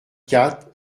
quatre